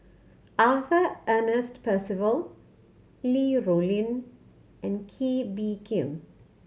Arthur Ernest Percival Li Rulin and Kee Bee Khim